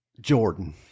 Jordan